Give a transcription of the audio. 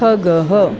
खगः